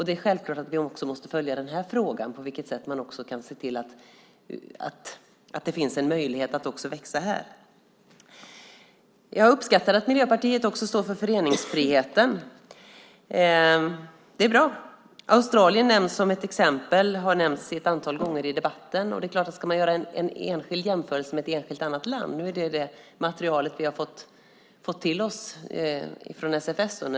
Det är självklart att vi också måste följa den här frågan, på vilket sätt man kan se till att det finns en möjlighet att också växa här. Jag uppskattar att Miljöpartiet också står för föreningsfriheten. Det är bra. Australien nämns som ett exempel och har nämnts ett antal gånger i debatten. Ska man göra en enskild jämförelse med ett enskilt annat land är det detta material vi har fått till oss från SFS.